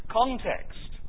context